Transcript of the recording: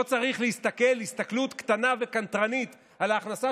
לא צריך להסתכל הסתכלות קטנה וקנטרנית על ההכנסה